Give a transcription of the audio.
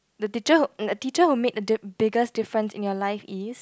the teacher who the teacher who made a di~ biggest difference in your life is